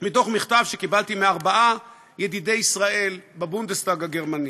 מתוך מכתב שקיבלתי מארבעה ידידי ישראל בבונדסטג הגרמני,